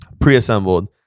pre-assembled